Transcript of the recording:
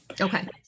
Okay